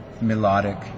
melodic